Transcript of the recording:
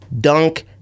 Dunk